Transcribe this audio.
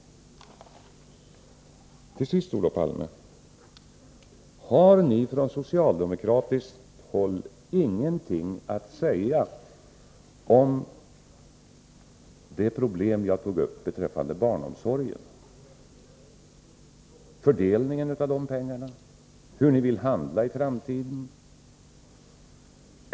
Till sist, Olof Palme! Har ni på socialdemokratiskt håll ingenting att säga om det problem jag tog upp beträffande barnomsorgen — om fördelningen av pengarna och om hur ni vill handla i framtiden?